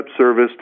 service